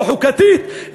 לא חוקתית,